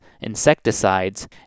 insecticides